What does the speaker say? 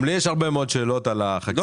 גם לי יש הרבה מאוד שאלות על החקיקה.